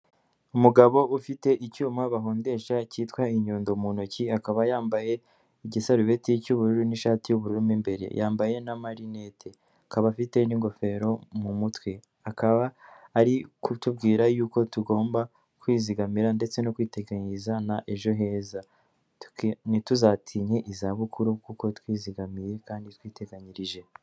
Umugabo ufite icyuma bahondesha cyitwa inyundo mu ntoki akaba yambaye igisarubeti cy'ubururu n'ishati y'ubururu mbere yambaye na marineti akaba afite n'ingofero mu mutwe akaba ari kutubwira y'uko tugomba kwizigamira ndetse no kwiteganyiriza ejo heza ntituzatinye izabukuru kuko twizigamiye kandi twiteganyirije.